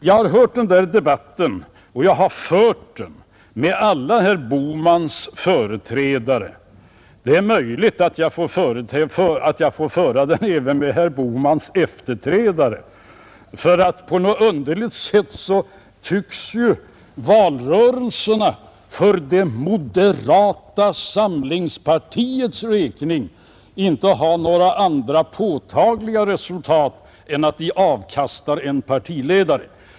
Jag har fört denna debatt med åtskilliga av herr Bohmans företrädare, och det är möjligt att jag får föra den även med herr Bohmans efterträdare. På något underligt sätt tycks nämligen valrörelserna för moderata samlingspartiets räkning inte ge några andra påtagliga resultat än att avkasta en partiledare.